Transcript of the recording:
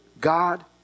God